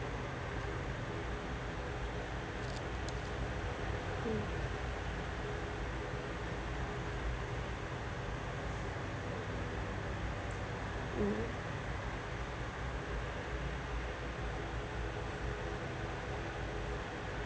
mm mm